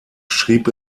schrieb